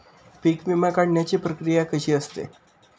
पीक विमा काढण्याची प्रक्रिया कशी असते?